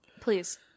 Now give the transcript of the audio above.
please